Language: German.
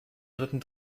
dritten